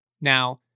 Now